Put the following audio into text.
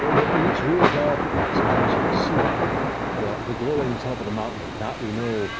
ah but when it's real dark at night, sometimes you can see the the glowing top of the mountain, and that, we know,